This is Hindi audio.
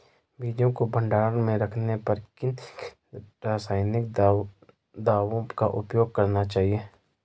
बीजों को भंडारण में रखने पर किन किन रासायनिक दावों का उपयोग करना चाहिए?